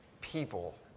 people